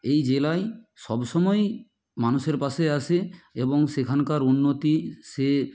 এই জেলায় সব সময়ই মানুষের পাশে আসে এবং সেখানকার উন্নতি সে